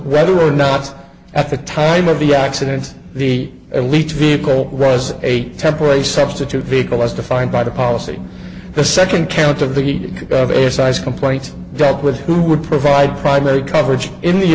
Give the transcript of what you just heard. whether or not at the time of the accident the elite vehicle rez a temper a substitute vehicle as defined by the policy the second count of the need of a size complaint that with who would provide primary coverage in the